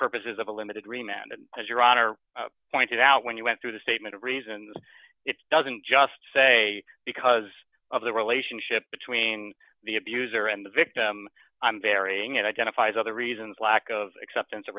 purposes of a limited remounted as your honor pointed out when you went through the statement of reasons it doesn't just say because of the relationship between the abuser and the victim i'm burying it identifies other reasons lack of acceptance of